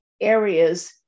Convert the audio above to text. areas